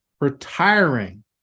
retiring